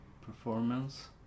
performance